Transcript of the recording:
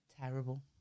Terrible